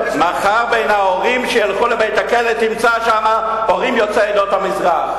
מחר בין ההורים שילכו לבית-הכלא תמצא הורים יוצאי עדות המזרח.